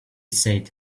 said